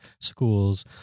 schools